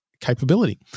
Capability